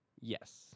Yes